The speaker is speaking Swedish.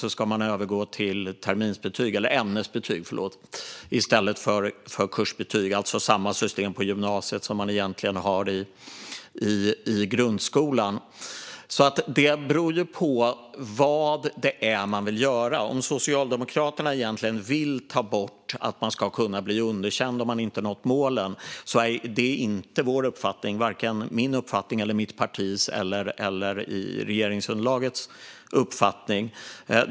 Man skulle övergå till ämnesbetyg i stället för kursbetyg. Det är då alltså samma system på gymnasiet som man egentligen har i grundskolan. Det beror alltså på vad man vill göra. Vill Socialdemokraterna egentligen ta bort att man ska kunna bli underkänd om man inte har nått målen? Det är inte vår uppfattning att man ska göra det. Det är varken min uppfattning, mitt partis uppfattning eller regeringsunderlagets uppfattning.